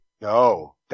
No